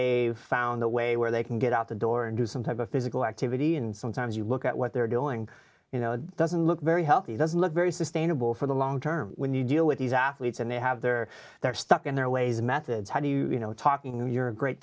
they've found a way where they can get out the door and do some type of physical activity and sometimes you look at what they're doing you know it doesn't look very healthy doesn't look very sustainable for the long term when you deal with these athletes and they have their they're stuck in their ways and methods how do you know talking to your great